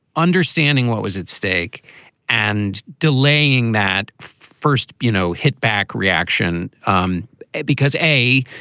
understanding what was at stake and delaying that first, you know, hit back reaction, um because, a,